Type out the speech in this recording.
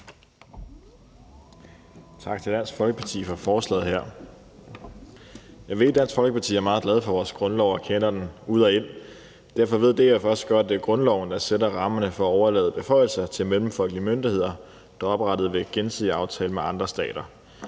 Tak til Dansk Folkeparti for forslaget her. Jeg ved, at Dansk Folkeparti er meget glad for vores grundlov og kender den ud og ind. Derfor ved DF også godt, at det er grundloven, der sætter rammerne for at overlade beføjelser til mellemfolkelige myndigheder, der er oprettet ved gensidige aftaler med andre stater.